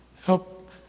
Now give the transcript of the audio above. help